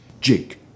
Jake